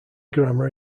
grammar